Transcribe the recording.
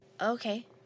okay